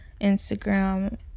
Instagram